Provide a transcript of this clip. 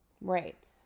Right